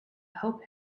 help